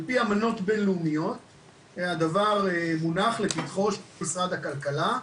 על פי אמנות בין לאומיות הדבר מונח לפתחו של משרד הכלכלה,